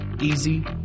easy